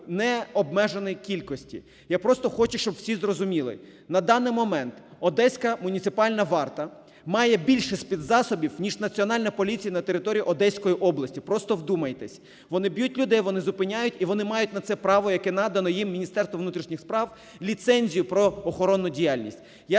необмеженій кількості. Я просто хочу, щоб всі зрозуміли: на даний момент одеська муніципальна варта має більше спецзасобів, ніж Національна поліція на території Одеської області. Просто вдумайтесь, вони б'ють людей, вони зупиняють, і вони мають на це право, яке надано їм Міністерством внутрішніх справ, ліцензію про охоронну діяльність. Я